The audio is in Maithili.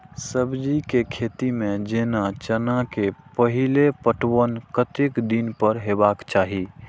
सब्जी के खेती में जेना चना के पहिले पटवन कतेक दिन पर हेबाक चाही?